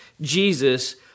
Jesus